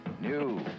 new